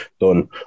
done